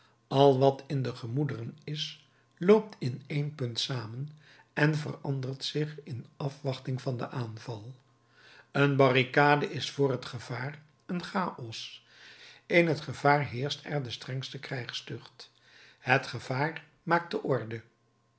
al wat in de gemoederen is loopt in één punt samen en verandert zich in afwachting van den aanval een barricade is vr het gevaar een chaos in het gevaar heerscht er de strengste krijgstucht het gevaar maakt de orde